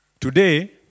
Today